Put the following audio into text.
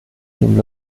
dem